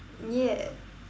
ya